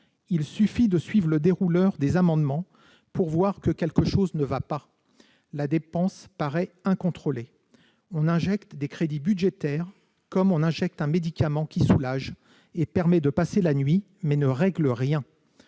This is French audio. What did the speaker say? Il suffit de suivre le dérouleur des amendements pour constater que quelque chose ne va pas. La dépense paraît incontrôlée ; on injecte des crédits budgétaires comme on injecte un médicament qui soulage et permet de passer la nuit mais ne règle rien.